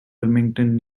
wilmington